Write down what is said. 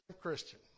Christian